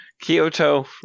Kyoto